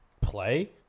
play